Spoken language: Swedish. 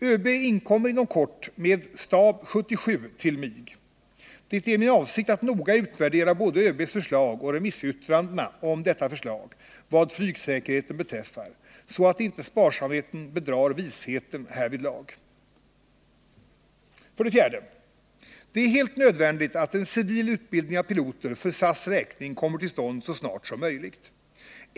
ÖB inkommer inom kort med ”Stab 77” till mig. Det är min avsikt att noga utvärdera både ÖB:s förslag och remissyttrandena över det vad flygsäkerheten beträffar, så att inte sparsamheten bedrar visheten härvidlag. 4. Det är helt nödvändigt att en civil utbildning av piloter för SAS räkning kommer till stånd så snart som möjligt.